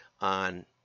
on